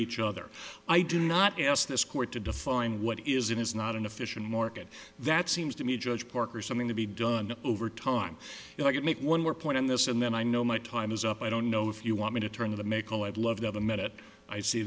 each other i do not ask this court to define what is it is not an efficient market that seems to me judge parker something to be done over time and i could make one more point on this and then i know my time is up i don't know if you want me to turn the maaco i'd love to have a minute i see